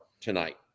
tonight